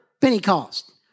Pentecost